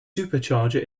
supercharger